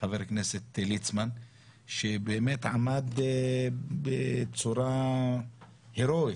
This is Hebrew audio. חבר הכנסת ליצמן שבאמת עמד בצורה הרואית.